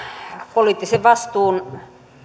poliittisen vastuun